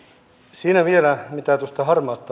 siitä vielä tuosta harmaasta